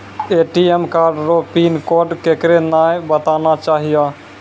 ATM card रो pin code केकरै नाय बताना चाहियो